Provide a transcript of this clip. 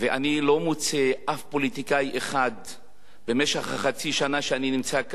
אני לא מוצא אף פוליטיקאי אחד במשך חצי השנה שאני נמצא כאן,